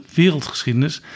wereldgeschiedenis